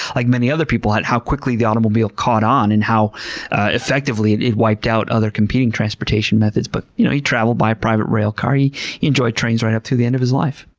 like many other people, at how quickly the automobile caught on and how effectively it it wiped out other competing transportation methods, but you know he traveled by private railcar. he enjoyed trains right up to the end of his life.